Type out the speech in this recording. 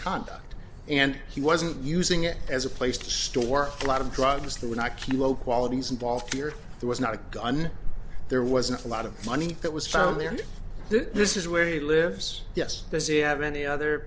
contact and he wasn't using it as a place to store a lot of drugs that were not key low quality is involved here there was not a gun there wasn't a lot of money that was found there and this is where he lives yes does it have any other